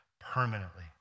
permanently